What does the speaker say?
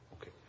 Okay